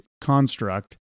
construct